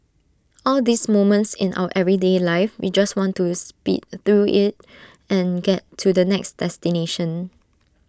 all these moments in our everyday life we just want to speed through IT and get to the next destination